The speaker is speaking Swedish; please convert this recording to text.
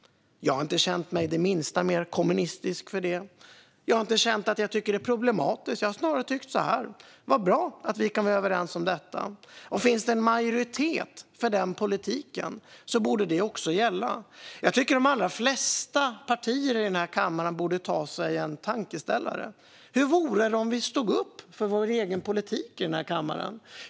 Jag har inte känt mig det minsta mer kommunistisk för det. Jag har inte känt att jag tycker att det är problematiskt. Jag har snarare tyckt så här: Vad bra att vi kan vara överens om detta. Om det finns en majoritet för politiken bör den gälla. Jag tycker att de allra flesta partier i denna kammare borde ta sig en tankeställare. Hur vore det om vi stod upp för vår egen politik här i kammaren?